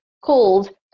called